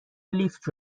لیفت